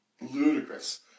ludicrous